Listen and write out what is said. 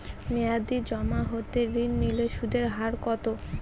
মেয়াদী জমা হতে ঋণ নিলে সুদের হার কত?